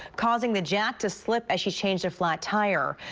causing the jack to slip as she change a flat tire,